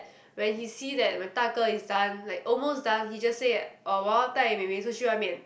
when he see that my 大哥 is done like almost done he just say that orh 我要带妹妹出去外面